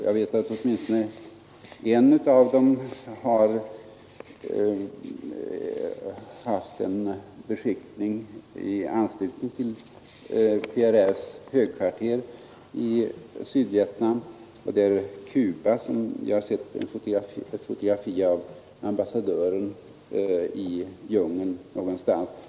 Jag vet att åtminstone en av dessa stater, Cuba, har haft en beskickning i anslutning till PRR:s högkvarter i Sydvietnam; jag har sett ett fotografi av ambassadören, taget ute i djungeln någonstans.